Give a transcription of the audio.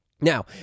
Now